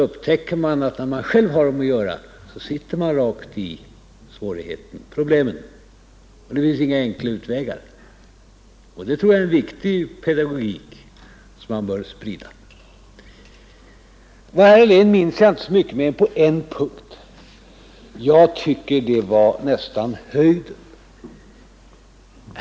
När man själv får med problemen att göra, upptäcker man att det inte finns några enkla utvägar. Jag tror att det är en viktig pedagogik som bör spridas. Vad herr Helén sade minns jag inte på mer än en punkt, och den tycker jag nästan var höjden.